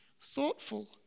thoughtful